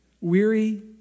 Weary